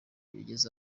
bigeze